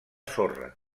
sorra